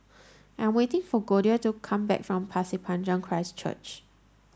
I am waiting for Goldia to come back from Pasir Panjang Christ Church